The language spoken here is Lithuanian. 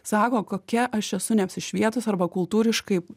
sako kokia aš esu ne apsišvietus arba kultūriškai